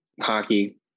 hockey